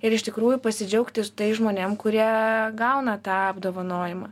ir iš tikrųjų pasidžiaugti su tais žmonėm kurie gauna tą apdovanojimą